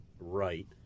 right